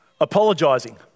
apologising